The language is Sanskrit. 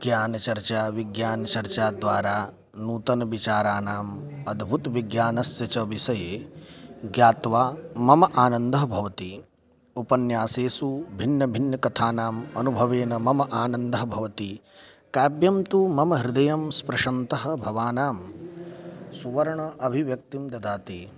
ज्ञानचर्चा विज्ञानचर्चाद्वारा नूतनविचाराणाम् अद्भुतविज्ञानस्य च विषये ज्ञात्वा मम आनन्दः भवति उपन्यासेषु भिन्नभिन्नकथानाम् अनुभवेन मम आनन्दः भवति काव्यं तु मम हृदयं स्प्रशन्तः भावानां सुवर्ण अभिव्यक्तिं ददाति